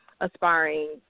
aspiring